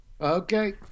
Okay